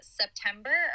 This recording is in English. september